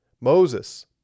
Moses